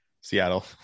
Seattle